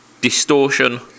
distortion